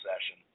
session